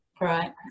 Right